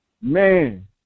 Man